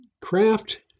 craft